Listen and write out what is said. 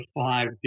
five